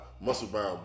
muscle-bound